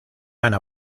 ana